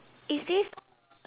is this